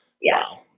Yes